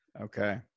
Okay